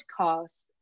podcast